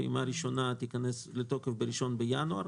פעימה ראשונה תיכנס לתוקף ב-1 בינואר,